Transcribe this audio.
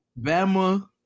Bama